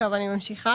אני ממשיכה.